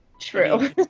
true